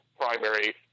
primary